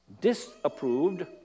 disapproved